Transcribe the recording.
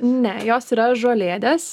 ne jos yra žolėdės